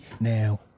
Now